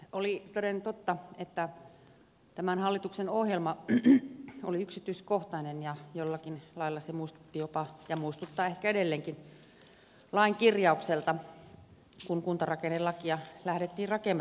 oli toden totta että tämän hallituksen ohjelma oli yksityiskohtainen ja jollakin lailla se muistutti jopa ja muistuttaa ehkä edelleenkin lain kirjausta kun kuntarakennelakia lähdettiin rakentamaan hallintovaliokunnassa